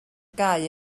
gau